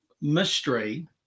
mystery